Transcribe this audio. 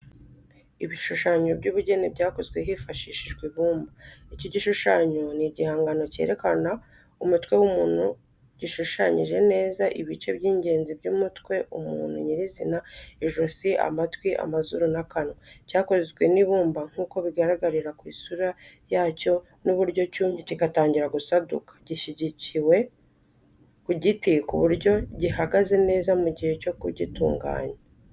Ibishushanyo by’ubugeni bwakozwe hifashishijwe ibumba Iki gishushanyo ni igihangano cyerekana umutwe w’umuntu gishushanyije neza ibice by’ingenzi by’umutwe umutwe nyir’izina, ijosi, amatwi, amazuru, n’akanwa. Cyakozwe n’ibumba nk'uko bigaragarira ku isura yacyo n’uburyo cyumye kigatangira gusaduka. Gishyigikiwe ku giti ku buryo gihagaze neza mu gihe cyo kugitunganya.